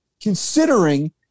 considering